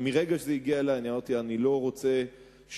מרגע שזה הגיע אלי אמרתי שאני לא רוצה ששום